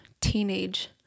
teenage